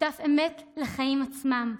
שותף אמת לחיים עצמם,